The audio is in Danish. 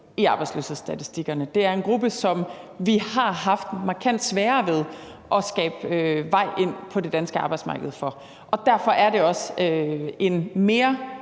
i arbejdsløshedsstatistikkerne. Det er en gruppe, som vi har haft markant sværere ved at skabe en vej ind på det danske arbejdsmarked for. Og derfor er det også en mere